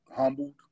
humbled